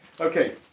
Okay